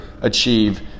achieve